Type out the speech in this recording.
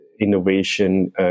innovation